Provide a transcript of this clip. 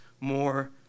more